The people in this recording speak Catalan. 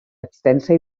extensa